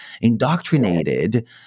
indoctrinated